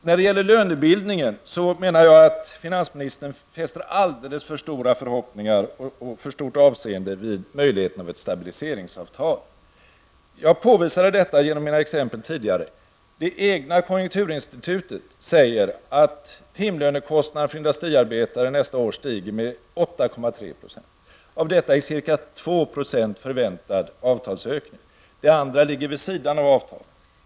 När det gäller lönebildningen menar jag att finansministern fäster alldeles för stort avseende vid möjligheten av ett stabiliseringsavtal. Jag påvisade detta genom mina exempel tidigare. Det egna konjunkturinstitutet säger att timlönekostnaden för industriarbetare nästa år stiger med 8,3 %. Av detta är ca 2 % förväntad avtalsökning; det andra ligger vid sidan av avtalet.